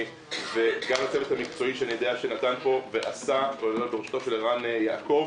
וגם לצוות המקצועי בראשותו של ערן יעקב.